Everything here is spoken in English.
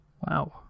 Wow